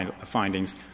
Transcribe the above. findings